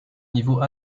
niveau